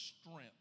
strength